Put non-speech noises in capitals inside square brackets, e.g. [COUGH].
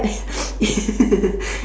[LAUGHS]